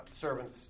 servants